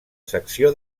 secció